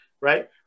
right